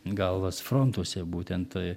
galvas frontuose būtent